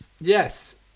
yes